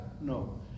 No